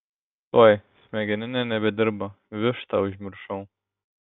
tuoj smegeninė nebedirba vištą užmiršau